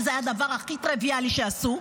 שזה היה הדבר הכי טריוויאלי שהם עשו.